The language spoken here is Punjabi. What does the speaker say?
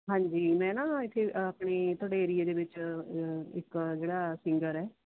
ਹਾਂਜੀ ਮੈਂ ਨਾ ਇੱਥੇ ਆਪਣੇ ਤੁਹਾਡੇ ਏਰੀਏ ਦੇ ਵਿੱਚ ਇੱਕ ਜਿਹੜਾ ਸਿੰਗਰ ਹੈ